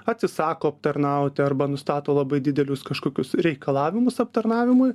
atsisako aptarnauti arba nustato labai didelius kažkokius reikalavimus aptarnavimui